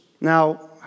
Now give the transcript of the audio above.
Now